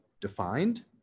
defined